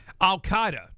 Al-Qaeda